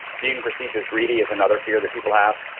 being perceived as greedy is another fear that people have,